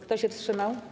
Kto się wstrzymał?